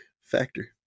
factor